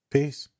Peace